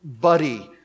buddy